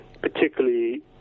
particularly